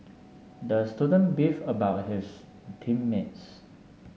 the student beef about his team mates